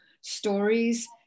stories